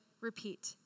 repeat